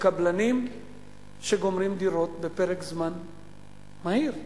לקבלנים שגומרים דירות בפרק זמן מהיר.